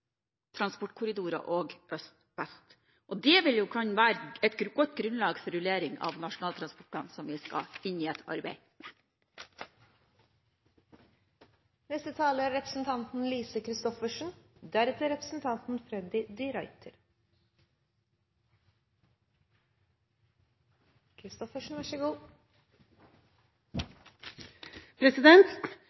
transportkorridorer også øst–vest. Det vil kunne være et godt grunnlag for rullering av Nasjonal transportplan, som vi skal inn i et arbeid om. Langdryge plan- og byggeprosesser har vært et gjennomgangstema i denne debatten. Mange er de